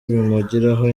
bimugiraho